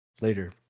Later